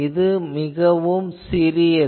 இது மிகவும் சிறியது